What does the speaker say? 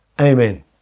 Amen